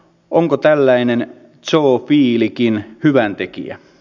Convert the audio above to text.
onko tällainen zoofiilikin hyväntekijä